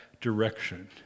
direction